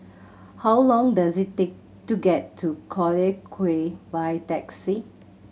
how long does it take to get to Collyer Quay by taxi